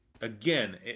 again